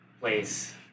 place